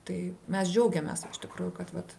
tai mes džiaugiamės iš tikrųjų kad vat